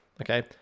okay